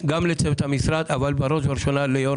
גם לצוות המשרד אבל בראש ובראשונה ליושב